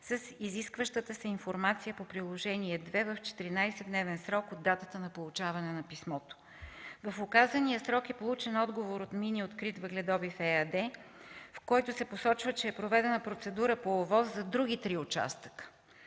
с изискващата се информация по Приложение № 2 в 14-дневен срок от датата на получаване на писмото. В указания срок е получен отговор от „Мини открит въгледобив” ЕАД, в който се посочва, че е проведена процедура по ОВОС за други три участъка